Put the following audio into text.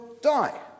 die